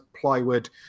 plywood